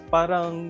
Parang